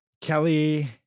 kelly